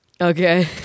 Okay